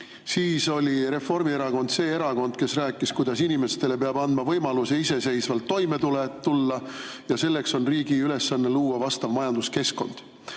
Siis oli Reformierakond see erakond, kes rääkis, kuidas inimestele peab andma võimaluse iseseisvalt toime tulla ja riigi ülesanne on luua selleks vastav majanduskeskkond.